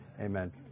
Amen